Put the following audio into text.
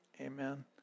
Amen